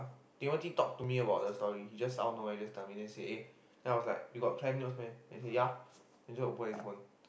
Timothy talked to me about the story he just out nowhere just tell me and then he say eh then I was like you got tried those meh then he say yeah then he opened his phone